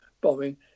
bombing